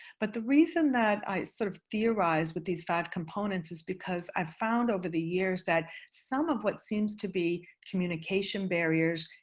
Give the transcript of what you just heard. but the reason that i sort of theorize with these five components is because i've found over the years that some of what seems to be communication barriers